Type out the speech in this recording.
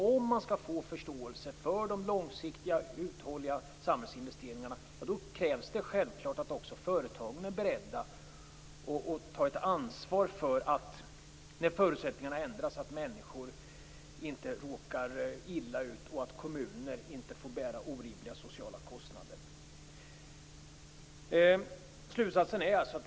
Om man skall få förståelse för de långsiktiga, uthålliga samhällsinvesteringarna krävs det självklart också att företagen är beredda att ta ett ansvar för att människor inte råkar illa ut när förutsättningarna ändras och att kommuner inte får bära orimliga sociala kostnader.